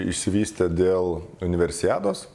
išsivystė dėl universiados